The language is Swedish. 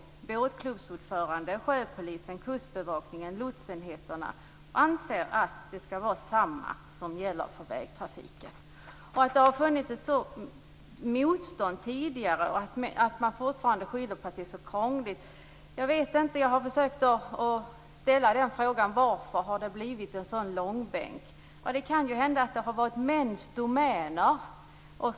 Båtklubbsordförande, sjöpolisen, Kustbevakningen, lotsenheterna anser att det skall vara detsamma som gäller för vägtrafiken. Det har varit ett sådant motstånd tidigare och man har skyllt på att det har varit så krångligt. Jag har försökt att ställa frågan: Varför har det blivit en sådan långbänk? Det kanske har varit mäns domäner.